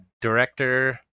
director